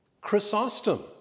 Chrysostom